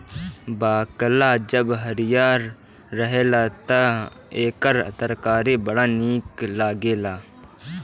बकला जब हरिहर रहेला तअ एकर तरकारी बड़ा निक लागेला